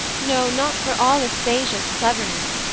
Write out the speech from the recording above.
no, not for all aspasia's cleverness,